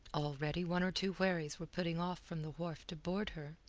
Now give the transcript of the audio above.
already one or two wherries were putting off from the wharf to board her.